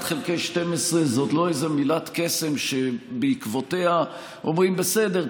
חלקי 12 זו לא איזה מילת קסם שבעקבותיה אומרים: בסדר,